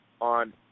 On